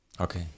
okay